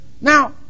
Now